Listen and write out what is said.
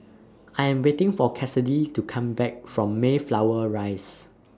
I Am waiting For Cassidy to Come Back from Mayflower Rise